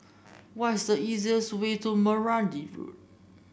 what is the easiest way to Meranti Road